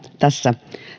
tässä